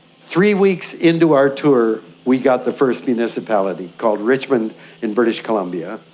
three weeks into our tour we got the first municipality, called richmond in british columbia.